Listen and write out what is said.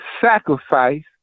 sacrifice